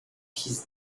his